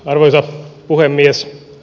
arvoisa puhemies